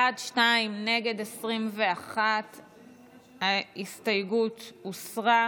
בעד, שניים, נגד, 21. ההסתייגות הוסרה.